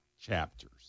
chapters